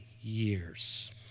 years